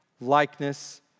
likeness